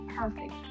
perfect